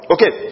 Okay